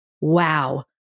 wow